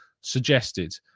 suggested